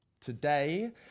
today